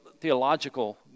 theological